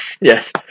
Yes